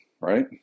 right